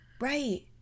right